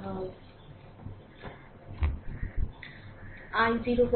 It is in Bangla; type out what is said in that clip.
I0